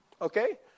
Okay